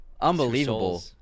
Unbelievable